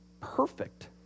perfect